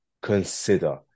consider